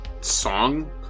song